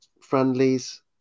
friendlies